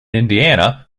indiana